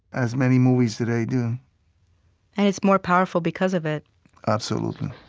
as many movies today do and it's more powerful because of it absolutely